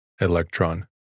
electron